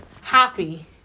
happy